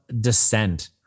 Descent